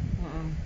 mmhmm